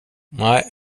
nej